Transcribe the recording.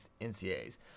NCAs